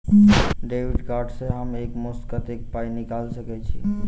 Debit card सँ हम एक मुस्त कत्तेक पाई निकाल सकय छी?